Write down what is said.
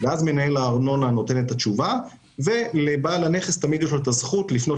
מנהל הארנונה נותן את התשובה ולבעל הנכס תמיד יש את הזכות לפנות